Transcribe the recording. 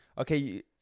okay